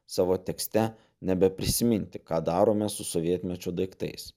savo tekste nebeprisiminti ką darome su sovietmečio daiktais